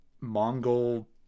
mongol